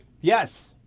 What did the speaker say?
Yes